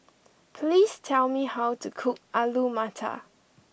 please tell me how to cook Alu Matar